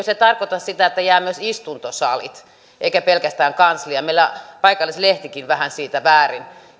se tarkoita sitä että jää myös istuntosalit eikä pelkästään kanslia meillä paikallislehtikin vähän siitä väärin